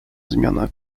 zmiana